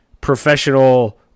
professional